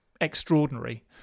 extraordinary